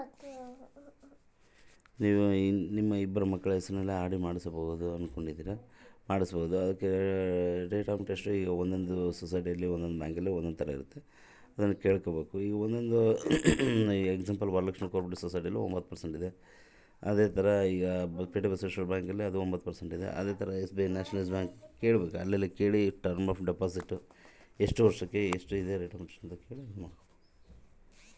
ನಾನು ನನ್ನ ಇಬ್ಬರು ಮಕ್ಕಳ ಹೆಸರಲ್ಲಿ ಆರ್.ಡಿ ಮಾಡಿಸಬೇಕು ಅನುಕೊಂಡಿನಿ ರೇಟ್ ಆಫ್ ಇಂಟರೆಸ್ಟ್ ಎಷ್ಟೈತಿ?